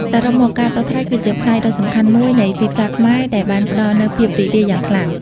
សរុបមក ការតថ្លៃគឺជាផ្នែកដ៏សំខាន់មួយនៃទីផ្សារខ្មែរដែលបានផ្តល់នូវភាពរីករាយយ៉ាងខ្លាំង។